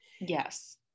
Yes